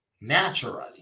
naturally